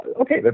okay